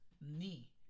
knee